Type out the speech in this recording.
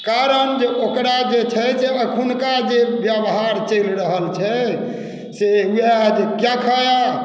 कारण जे छै ओकरा जे छै से अखुनका जे ब्यबहार चलि रहल छै से वएह जे क्या खाया